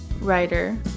writer